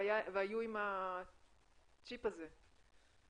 והיו עם השיפ הזה,